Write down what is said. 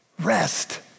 Rest